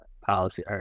policy